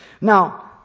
Now